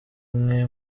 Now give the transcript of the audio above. mwe